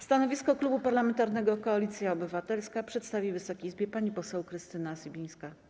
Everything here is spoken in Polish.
Stanowisko Klubu Parlamentarnego Koalicja Obywatelska przedstawi Wysokiej Izbie pani poseł Krystyna Sibińska.